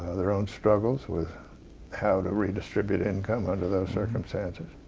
ah their own struggles with how to redistribute income under those circumstances.